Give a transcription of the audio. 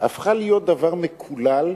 הפכה להיות דבר מקולל